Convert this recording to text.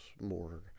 more